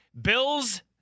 Bill's